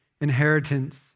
inheritance